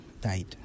died